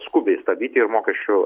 skubiai stabdyti ir mokesčių